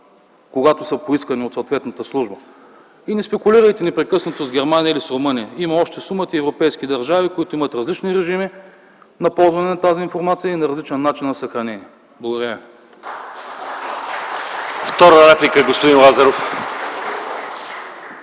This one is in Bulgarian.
когато са поискани от съответната служба. Не спекулирайте непрекъснато с Германия или с Румъния! Има още много други европейски държави с различни режими за ползване на тази информация и с различен начин на съхранението й. Благодаря